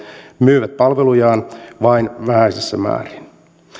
myyvät palvelujaan vain vähäisissä määrin